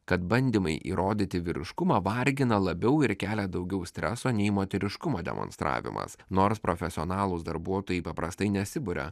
kad bandymai įrodyti vyriškumą vargina labiau ir kelia daugiau streso nei moteriškumo demonstravimas nors profesionalūs darbuotojai paprastai nesiburia